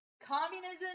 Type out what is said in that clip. Communism